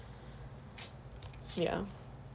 ya